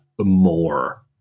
more